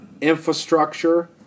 infrastructure